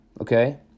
okay